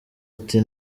ati